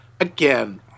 again